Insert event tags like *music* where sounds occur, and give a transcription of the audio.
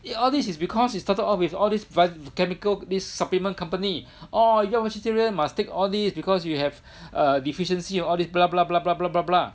all this is because it started out with all these chemical this supplement company orh y'all vegeterian must take all these because you have a deficiency all this *noise*